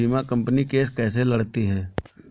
बीमा company case कैसे लड़ती है?